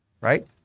right